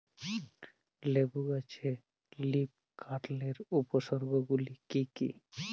লেবু গাছে লীফকার্লের উপসর্গ গুলি কি কী?